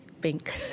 pink